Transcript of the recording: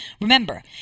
Remember